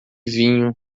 vinho